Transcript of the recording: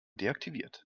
deaktiviert